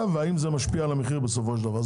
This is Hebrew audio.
והאם זה משפיע על המחיר בסופו של דבר.